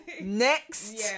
Next